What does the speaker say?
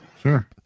Sure